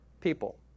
people